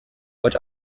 what